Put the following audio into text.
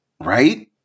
Right